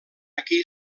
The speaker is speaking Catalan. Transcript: aquí